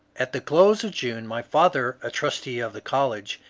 at the close of june my father, a trustee of the college,